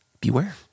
Beware